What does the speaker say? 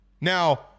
Now